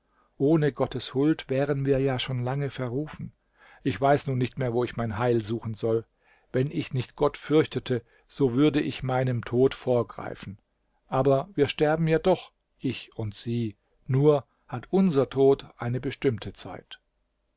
ohne gottes huld wären wir ja schon lange verrufen ich weiß nun nicht mehr wo ich mein heil suchen soll wenn ich nicht gott fürchtete so würde ich meinem tod vorgreifen aber wir sterben ja doch ich und sie nur hat unser tod eine bestimmte zeit